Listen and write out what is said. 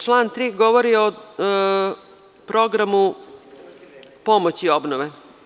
Član 3. govori o programu pomoći obnove.